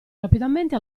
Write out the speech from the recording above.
rapidamente